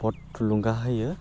बहद थुलुंगा होयो